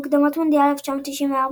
במוקדמות מונדיאל 1994,